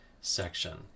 section